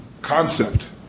concept